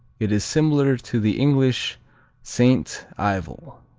it is similar to the english saint ivel.